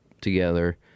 together